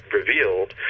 revealed